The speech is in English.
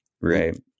right